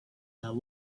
that